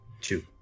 Two